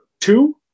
Two